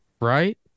right